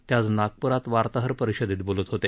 ते आज नागपूरात वार्ताहर परिषदेत बोलत होते